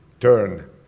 turn